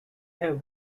have